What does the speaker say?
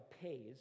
pays